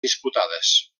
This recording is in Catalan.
disputades